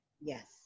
Yes